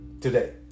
Today